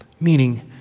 meaning